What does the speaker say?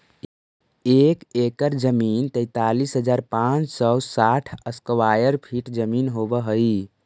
एक एकड़ जमीन तैंतालीस हजार पांच सौ साठ स्क्वायर फीट जमीन होव हई